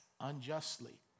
unjustly